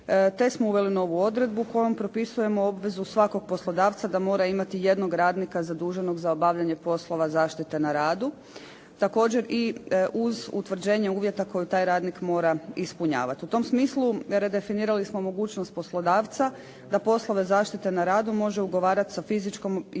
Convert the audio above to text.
te smo uveli novu odredbu kojom propisujemo obvezu svakog poslodavca da mora imati jednog radnika zaduženog za obavljanje poslova zaštite na radu. Također i uz utvrđenje uvjeta koje taj radnik mora ispunjavati. U tom smislu redefinirali smo mogućnost poslodavca da poslove zaštite na radu može ugovarati sa fizičkim ili pravnom